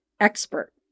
expert